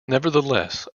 nevertheless